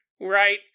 right